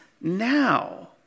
now